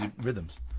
rhythms